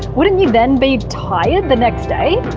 wouldn't you then be tired the next day?